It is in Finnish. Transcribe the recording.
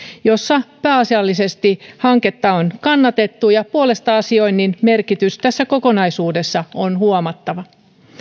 joissa pääasiallisesti hanketta on kannatettu ja puolesta asioinnin merkitys tässä kokonaisuudessa on huomattava